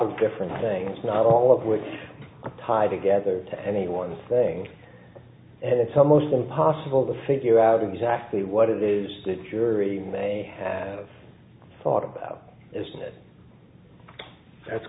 of different things not all of which tied together to any one thing and it's almost impossible to figure out exactly what it is the jury may have thought about isn't it that's